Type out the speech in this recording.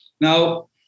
Now